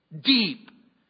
deep